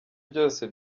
byose